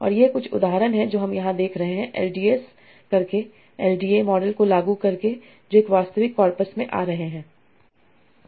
और ये कुछ उदाहरण हैं जो हम यहां देख रहे हैं एल डी एस करके एल डी ए मॉडल को लागू करके जो एक वास्तविक कॉर्पस से आ रहे हैं